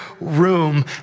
room